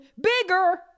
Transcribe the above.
Bigger